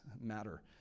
matter